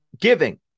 giving